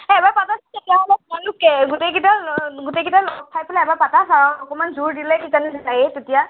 সেই এবাৰ পাতাচোন তেতিয়াহ'লে তোমালোক গোটেইকেইটা গোটেইকেইটা লগ খাই পেলাই এবাৰ পাতা ছাৰক অকণমান জোৰ দিলে কিজানি যায়েই তেতিয়া